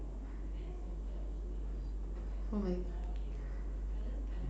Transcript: oh my